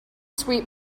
sweet